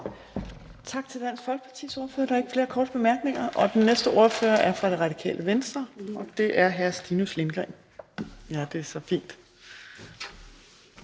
Tak til Dansk Folkepartis ordfører. Der er ikke flere korte bemærkninger. Den næste ordfører er fra Det Radikale Venstre, og det er hr. Stinus Lindgreen. Der er mange